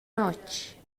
notg